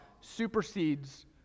supersedes